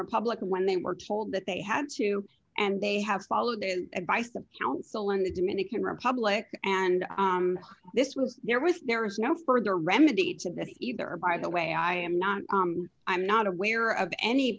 republic when they were told that they had to and they have followed the advice of counsel in the dominican republic and this was there was there is no further remedied to that either by the way i am not i'm not aware of any